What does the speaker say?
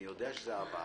אני יודע שזה עובר.